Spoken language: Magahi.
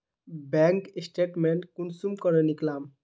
बैंक स्टेटमेंट कुंसम करे निकलाम?